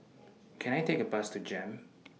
Can I Take A Bus to Jem